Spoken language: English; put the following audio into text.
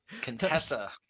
Contessa